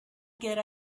get